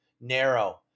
Narrow